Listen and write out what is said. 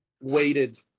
weighted